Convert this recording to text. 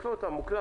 יש לו אותה מוקלטת.